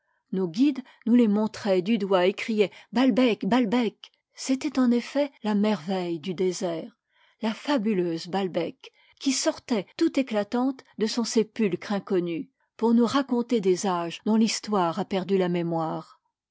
nos guides nous les montraient du doigt et criaient balbek balbek c'était en effet la merveille du désert la fabuleuse balbek qui sortait tout éclatante de son sépulcre inconnu pour nous raconter des âges dont l'histoire a perdu la mémoire